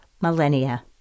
millennia